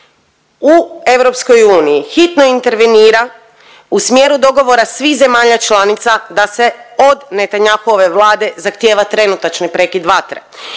u EU hitno intervenira u smjeru dogovora svih zemalja članica da se od Netanyahuove vlade zahtijeva trenutačni prekid vatre.